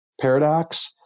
paradox